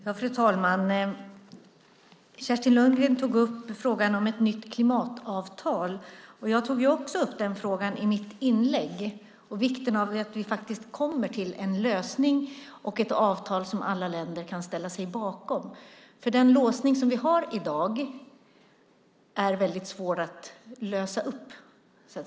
Fru talman! Kerstin Lundgren tog upp frågan om ett nytt klimatavtal. Jag tog i mitt inlägg också upp den frågan och vikten av att vi kommer till en lösning och ett avtal som alla länder kan ställa sig bakom. Den låsning som vi har i dag är väldigt svår att lösa upp.